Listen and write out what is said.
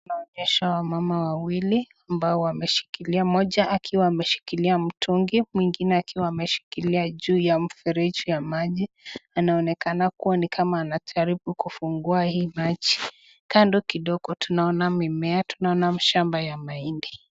inaonyesha wamama wawili ambao wameshikiliana, moja akiwa ameshikilia mtungi, mwingine akiwa ameshikilia juu ya mfereji ya maji, anaonekana kuwa ni kama anajaribu kufungua hii maji. Kando kidogo tunaona mimea, tunaona mashamba ya mahindi.